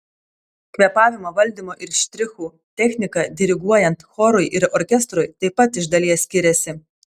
kvėpavimo valdymo ir štrichų technika diriguojant chorui ir orkestrui taip pat iš dalies skiriasi